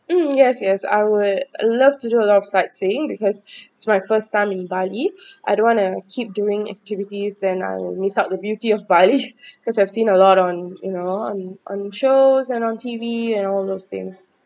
mm yes yes I would love to do a lot of sightseeing because it's my first time in bali I don't wanna keep doing activities then I'll miss out the beauty of bali because I've seen a lot on you know on on shows and on T_V and all those things